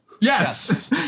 Yes